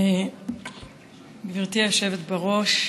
גברתי היושבת בראש,